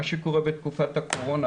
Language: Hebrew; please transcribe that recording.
מה שקורה בתקופת הקורונה,